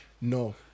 No